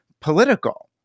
political